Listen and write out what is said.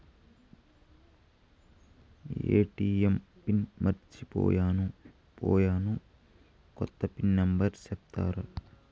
ATM pin మర్చిపోయాను పోయాను, కొత్త పిన్ నెంబర్ సెప్తారా?